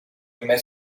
primer